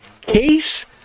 case